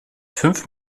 fünf